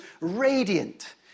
radiant